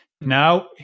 now